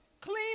Clean